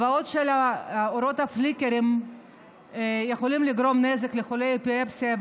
הבעיה היא שאורות הפליקרים יכולים לגרום נזק לחולי אפילפסיה,